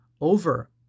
over